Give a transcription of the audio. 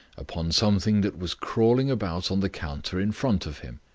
upon something that was crawling about on the counter in front of him.